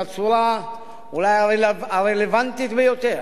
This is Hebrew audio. בצורה אולי הרלוונטית ביותר,